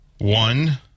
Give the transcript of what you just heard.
One